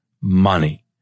money